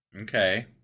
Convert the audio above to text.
Okay